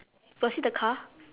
got see the car